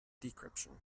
decryption